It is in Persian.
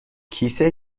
کیسه